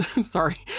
sorry